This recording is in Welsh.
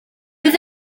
bydd